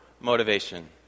motivation